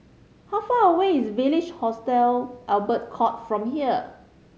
how far away is Village Hostel Albert Court from here